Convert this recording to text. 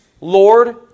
Lord